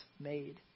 made